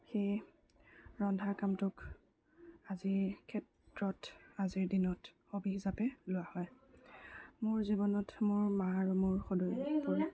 সেই ৰন্ধা কামটোক আজিৰ ক্ষেত্ৰত আজিৰ দিনত হবি হিচাপে লোৱা হয় মোৰ জীৱনত মোৰ মা আৰু মোৰ